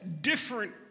different